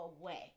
away